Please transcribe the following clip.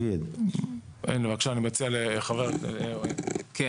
אני מציע להפנות את זה